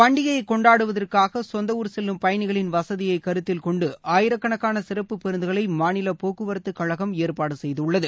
பண்டிகையை கொண்டாடுவதற்காக சொந்த ஊர் செல்லும் பயணிகளின் வசதியை கருத்தில் கொண்டு ஆயிரக்கணக்கான சிறப்பு பேருந்துகளை மாநில போக்குவரத்துக் கழகம் ஏற்பாடு செய்துள்ளது